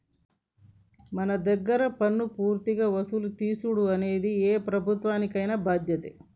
మన దగ్గర పన్నులు పూర్తిగా వసులు తీసుడు అనేది ఏ ప్రభుత్వానికైన బాధ్యతే